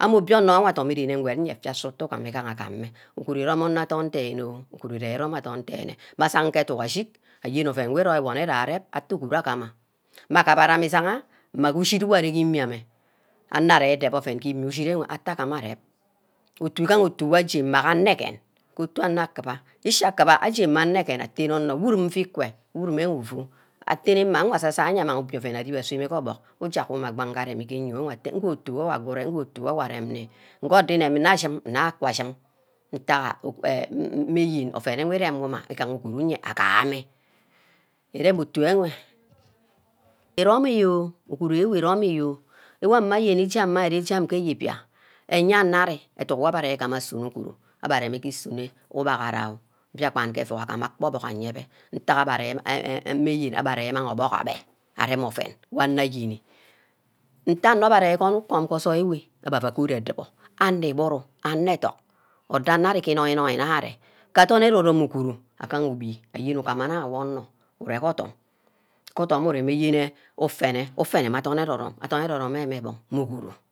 ameh obiono wor adumi rene agwed eyeah efis ufu gam egehe agam mmeh. uguru irome- anor adorn denne, aguru ire irome adorn denne, masageh educk ashick ayen ouen wor iromi-wor nne darep atteh uguru agamaha, mmeh agura-ma isangha mma ke ushid wor arear gi imia ameh, anor arear idebeh ouen ge imi ushid enwe atteh agam arep, utu igaha utu wor aje mmaga aregen ke otu anor anor akiba ishi akiba, aje- mma anegen arene onor wudeme ifu queh ifu atene-ma asa-sai ouen amang ouen aseh mmeh fee obuck worgeh abang ngee aremi gee eyio-wor nteh ugo otu wor ngo otu wor awor arem-nni ngoni iremi nne ashin nna akwa ashin ntagha ouen wi iremuma who gaha uguru iye agah-mmeh iren otu enwe irome iyoi oh, uguru enwe iromi yo-oh, woma ayene ijam iyiba, enyenna arear wor abbeh arigama agunor uguru, abbe areme ki sunor ubaghara oh, biakpan ke euuro agima akpa-obuck aguma ayebeh itack meyen abbeh arear imang obuck abbeh arem ouen wor anor ayemi, ntag anor mbeh ari gwon wkom ke osoii ewe abbeh aua goat edubor. Anor iburu, anor ethock, ordor ari ke inór- nór arear, ke adorn ero-nome uguru, agaha ugbi ayenne ugumaha mmeh ohor ureh ge odum, ke odum uremi yene ufene, ufene mmeh adorn ero-rome. adorn ere-rome meh meh gbug, meh uguru.